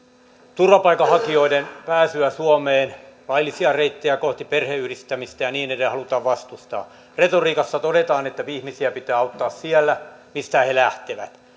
turvapaikanhakijoiden pääsyä suomeen laillisia reittejä kohti perheenyhdistämistä ja niin edelleen halutaan vastustaa retoriikassa todetaan että ihmisiä pitää auttaa siellä mistä he lähtevät